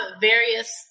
various